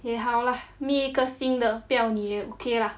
也好 lah meet 一个新的不要你也 okay lah